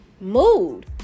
mood